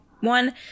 one